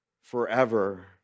forever